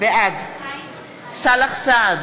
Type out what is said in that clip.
בעד סאלח סעד,